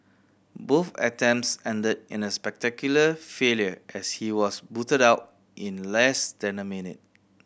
both attempts ended in a spectacular failure as he was booted out in less than a minute